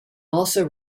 also